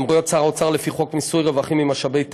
1. סמכויות שר האוצר לפי חוק מיסוי רווחים ממשאבי טבע,